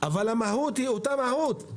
אבל המהות היא אותה מהות,